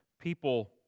People